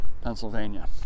Pennsylvania